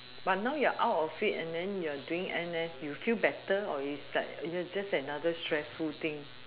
but now you're out of it then you're doing N_S you feel better or it's like just another stressful thing